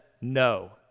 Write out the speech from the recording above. no